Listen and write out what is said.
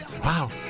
Wow